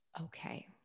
Okay